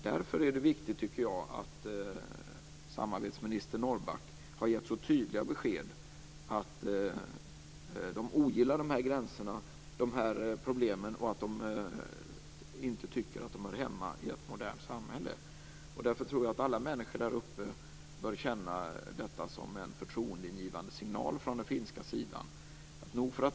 Därför tycker jag att det är viktigt att samarbetsminister Norrback har givit så tydliga besked om att man ogillar problemen och inte tycker att de hör hemma i ett modernt samhälle. Jag tycker att alla människor där uppe bör betrakta detta som en förtroendeingivande signal från den finska sidan.